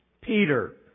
Peter